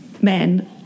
men